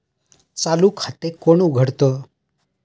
चालू खाते कोण उघडतं?